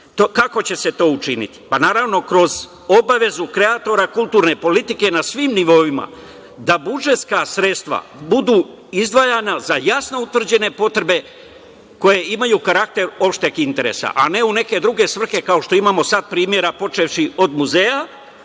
će se to učiniti? Naravno, kroz obavezu kreatora kulturne politike na svim nivoima, da budžetska sredstva budu izdvajana za jasno utvrđene potrebe koje imaju karakter opšteg interesa, a ne u neke druge svrhe, kao što imamo sad primere, počevši od muzeja,